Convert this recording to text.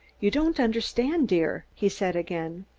you don't understand, dear, he said again.